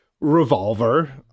revolver